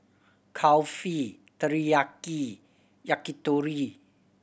Kulfi Teriyaki Yakitori